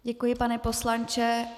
Děkuji, pane poslanče.